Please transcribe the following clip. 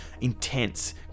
intense